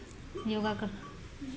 योगा कर्